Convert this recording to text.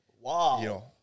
Wow